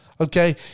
Okay